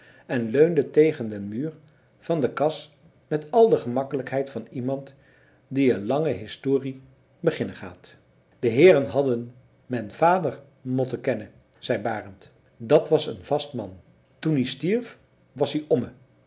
en leunde tegen den muur van de kas met al de gemakkelijkheid van iemand die een lange historie beginnen gaat de heeren hadden men vader motten kennen zei barend dat was een vast man toen ie stierf was ie omme